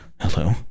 hello